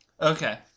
okay